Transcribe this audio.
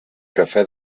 café